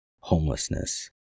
homelessness